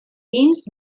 deems